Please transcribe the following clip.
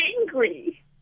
angry